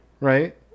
right